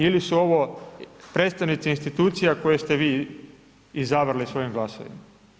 Ili su ovo predstojnici institucija koje ste vi izabrali svojim glasovima?